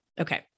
Okay